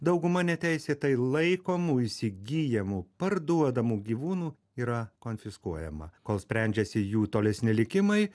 dauguma neteisėtai laikomų įsigyjamų parduodamų gyvūnų yra konfiskuojama kol sprendžiasi jų tolesni likimai